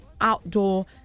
outdoor